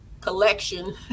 collection